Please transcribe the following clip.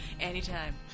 Anytime